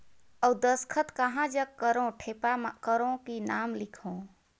अउ दस्खत कहा जग करो ठेपा करो कि नाम लिखो?